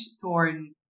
thorn